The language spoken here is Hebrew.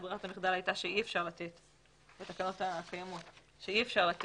ברירת המחדל הייתה שאי אפשר לתת בתקנות הקיימות רישיון